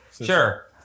Sure